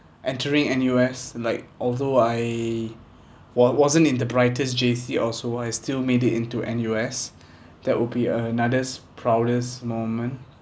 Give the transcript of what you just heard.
entering N_U_S like although I wa~ wasn't in the brightest J_C or so I still made it into N_U_S that would be a another proudest moment